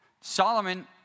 solomon